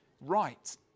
right